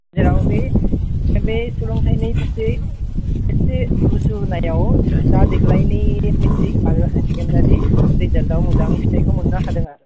जेराव बे बे सोलोंथाइनि फारसे एसे गोसो होनायाव दा देग्लायनि मेट्रिक आरो हायार सेकेण्डारि रिजाल्टाव मोजां फिथाइखो मोननो हादों आरो